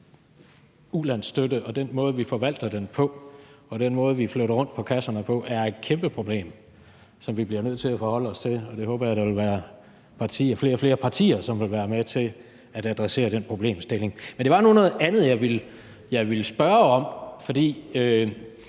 ulandsstøtten og den måde, vi forvalter den på, og den måde, vi flytter rundt på kasserne på, et kæmpe problem, som vi bliver nødt til at forholde os til. Og jeg håber da, at flere og flere partier vil være med til at adressere den problemstilling. Men det var nu noget andet, jeg ville spørge om. For